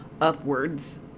upwards